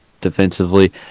defensively